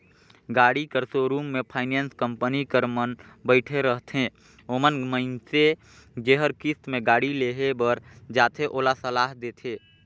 गाड़ी कर सोरुम में फाइनेंस कंपनी कर मन बइठे रहथें ओमन मइनसे जेहर किस्त में गाड़ी लेहे बर जाथे ओला सलाह देथे